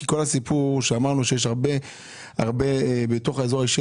כי כל הסיפור הוא שאמרנו שבתוך האזור האישי,